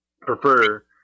prefer